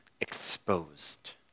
exposed